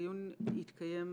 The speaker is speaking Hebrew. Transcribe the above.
הדיון הזה יתקיים